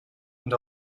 and